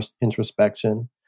introspection